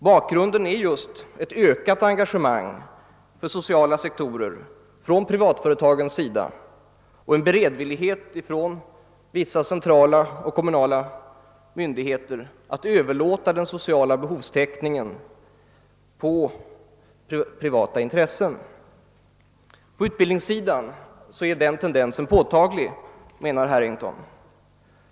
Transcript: Bakgrunden är just ett ökat engagemang för olika sociala sektorer från privatföretagens sida och en beredvillighet från vissa centrala och kommunala myndigheter att överlåta den sociala behovstäckningen på privata intressen. På utbildningssidan är den tendensen påtaglig, menar Harrington.